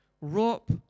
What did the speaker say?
rope